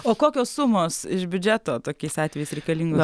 o kokios sumos iš biudžeto tokiais atvejais reikalingos